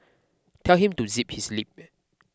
tell him to zip his lip